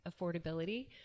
affordability